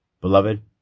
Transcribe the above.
Beloved